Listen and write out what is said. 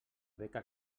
beca